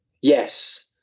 yes